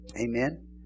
Amen